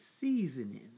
seasoning